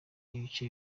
ibice